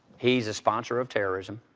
he's a sponsor of terrorism.